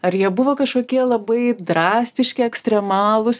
ar jie buvo kažkokie labai drastiški ekstremalūs